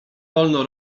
wolno